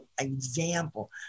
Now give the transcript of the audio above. example